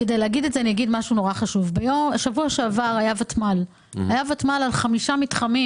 -- בשבוע שעבר היה ותמ"ל על חמישה מתחמים